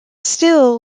still